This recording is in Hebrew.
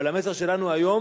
אבל המסר שלנו היום